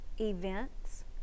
events